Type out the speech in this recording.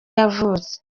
yavutse